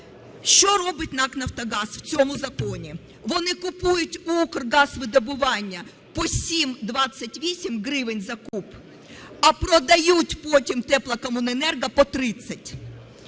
Що робить НАК "Нафтогаз" в цьому законі? Вони купують у Укргазвидобування по 7,28 гривень за куб, а продають потім теплокомуненерго по 30.